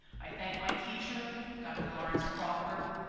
i thank my teacher, dr. lawrence crawford,